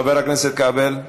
חבר הכנסת כבל,